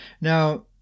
Now